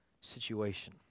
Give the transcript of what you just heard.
situation